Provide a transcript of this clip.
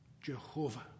Jehovah